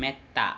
മെത്ത